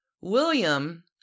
William